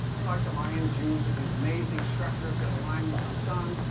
mean, like the mayans used with these amazing structures that align with the sun,